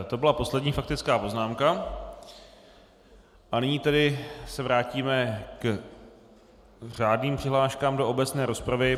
To byla poslední faktická poznámka a nyní tedy se vrátíme k řádným přihláškám do obecné rozpravy.